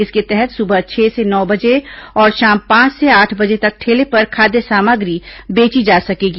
इसके तहत सुबह छह से नौ बजे और शाम पांच से आठ बजे तक ठेले पर खाद्य सामग्री बेची जा सकेगी